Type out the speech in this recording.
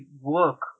work